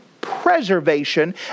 preservation